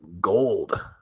Gold